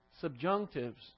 subjunctives